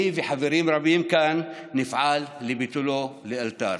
אני וחברים רבים כאן נפעל לביטולו לאלתר.